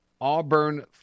Auburn